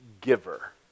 giver